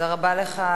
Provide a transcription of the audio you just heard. תודה רבה לך,